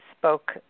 Spoke